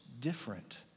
different